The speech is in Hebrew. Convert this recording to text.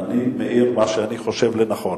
אני מעיר מה שאני חושב לנכון.